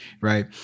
Right